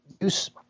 use